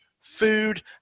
food